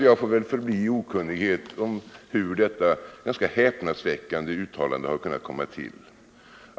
Jag får väl förbli i okunnighet om hur dessa ganska häpnadsväckande uttalanden har kunnat komma till.